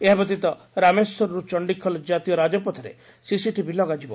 ଏହା ବ୍ୟତୀତ ରାମେଶ୍ୱରର୍ର ଚଣ୍ଡିଖୋଲ କାତୀୟ ରାଜପଥରେ ସିସିଟିଭି ଲଗାଯିବ